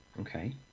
Okay